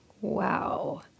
Wow